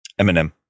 Eminem